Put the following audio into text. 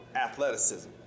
athleticism